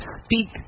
speak